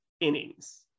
innings